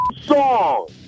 song